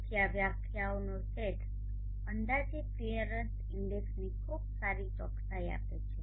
તેથી આ વ્યાખ્યાઓનો સેટ અંદાજિત ક્લિયરન્સ ઇન્ડેક્સની ખૂબ સારી ચોકસાઈ આપે છે